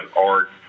art